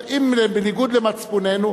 אם בניגוד למצפוננו,